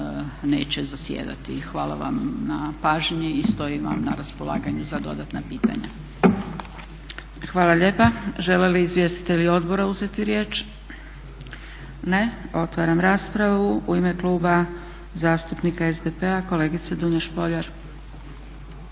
neće zasjedati. Hvala vam na pažnji i stojim vam na raspolaganju za dodatna pitanja. **Zgrebec, Dragica (SDP)** Hvala lijepa. Žele li izvjestitelji odbora uzeti riječ? Ne. Otvaram raspravu. U ime Kluba zastupnika SDP-a kolegica Dunja Špoljar.